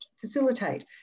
facilitate